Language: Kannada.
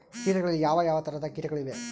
ಕೇಟಗಳಲ್ಲಿ ಯಾವ ಯಾವ ತರಹದ ಕೇಟಗಳು ಇವೆ?